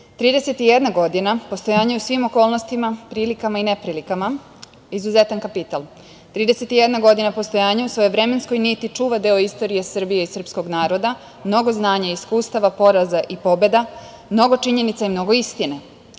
godina postojanja u svim okolnostima, prilikama i neprilikama, izuzetan kapital. Trideset i jedna godina postojanja u svojoj vremenskoj niti čuva deo istorije Srbije i srpskog naroda, mnogo znanja i iskustva, poraza i pobeda, mnogo činjenica, mnogo istine. Možda